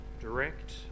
direct